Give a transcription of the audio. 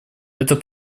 это